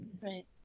Right